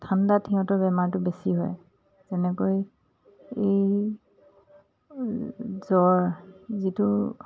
ঠাণ্ডাত সিহঁতৰ বেমাৰটো বেছি হয় যেনেকৈ এই জ্বৰ যিটো